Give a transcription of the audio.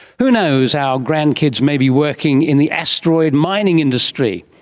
who knows, our grandkids may be working in the asteroid mining industry,